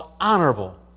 honorable